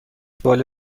باله